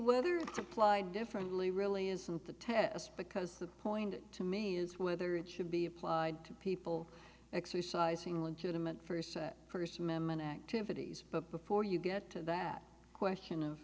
whether it's applied differently really isn't the test because the point to me is whether it should be applied to people exercising legitimate first person women activities but before you get to that question of